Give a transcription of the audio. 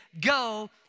go